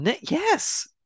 Yes